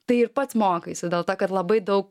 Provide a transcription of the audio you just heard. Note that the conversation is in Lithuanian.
tai ir pats mokaisi dėl to kad labai daug